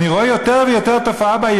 ואני רואה יותר ויותר בעיריות,